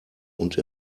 und